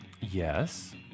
Yes